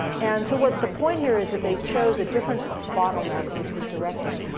and so what the point here is that they chose a different bottleneck, which was directing,